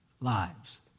lives